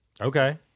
Okay